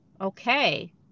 okay